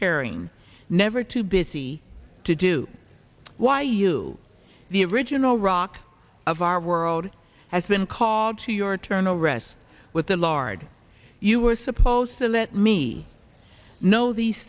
caring never too busy to do why you the original rock of our world has been called to your turn no rest with the lord you are supposed to let me know these